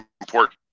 important